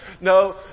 no